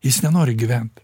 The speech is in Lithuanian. jis nenori gyvent